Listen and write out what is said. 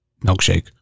milkshake